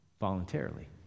voluntarily